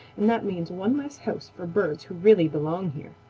and that means one less house for birds who really belong here.